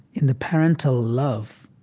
in the parental love,